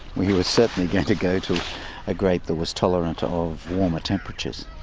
we were certainly going to go to a grape that was tolerant of warmer temperatures.